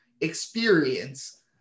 experience